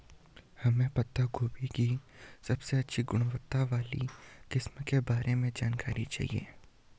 हमें पत्ता गोभी की सबसे अच्छी गुणवत्ता वाली किस्म के बारे में जानकारी चाहिए?